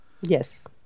Yes